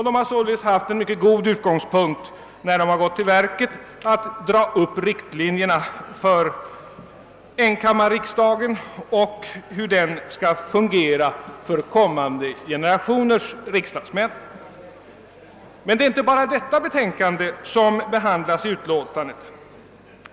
De har således haft en mycket bra utgångspunkt när de gått till verket med att dra upp riktlinjerna för enkammarriksdagen och för hur den skall fungera för kommande generationers riksdagsmän. Men det är inte bara det betänkandet som behandlas i utlåtandet.